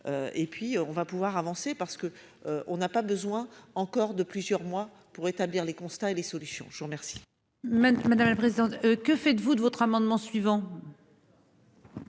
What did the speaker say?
Et puis on va pouvoir avancer parce que on n'a pas besoin encore de plusieurs mois pour établir les constats et les solutions je vous remercie.-- Même madame la présidente, que faites-vous de votre amendement suivant.